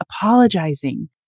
apologizing